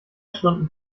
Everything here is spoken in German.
stunden